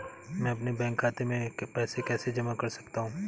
मैं अपने बैंक खाते में पैसे कैसे जमा कर सकता हूँ?